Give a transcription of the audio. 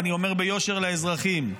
ואני אומר ביושר לאזרחים,